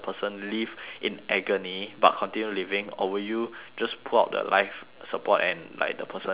in agony but continue living or will you just pull out the life support and like the person just